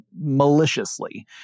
maliciously